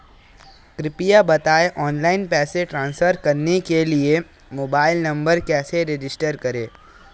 कृपया बताएं ऑनलाइन पैसे ट्रांसफर करने के लिए मोबाइल नंबर कैसे रजिस्टर करें?